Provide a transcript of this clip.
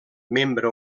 membre